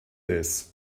this